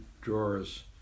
drawers